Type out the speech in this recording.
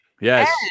Yes